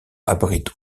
abrite